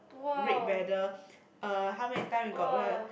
red battle uh how many time we got right